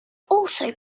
also